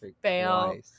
fail